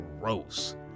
gross